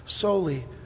solely